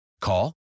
Call